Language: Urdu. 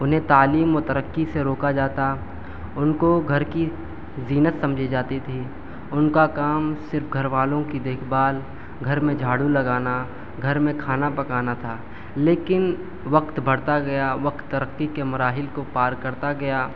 انہیں تعلیم و ترقّی سے روکا جاتا ان کو گھر کی زینت سمجھی جاتی تھی ان کا کام صرف گھر والوں کی دیکھ بھال گھر میں جھاڑو لگانا گھر میں کھانا پکانا تھا لیکن وقت بڑھتا گیا وقت ترقّی کے مراحل کو پار کرتا گیا